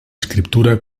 escriptura